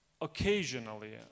occasionally